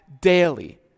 daily